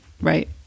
right